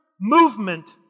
movement